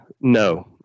No